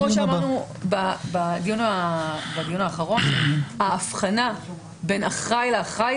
כמו שאמרנו בדיון האחרון, ההבחנה בין אחראי לאחראי